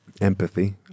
Empathy